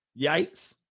Yikes